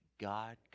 God